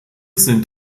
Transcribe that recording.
sind